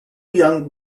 young